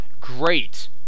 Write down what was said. great